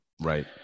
Right